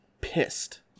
pissed